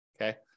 okay